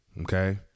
okay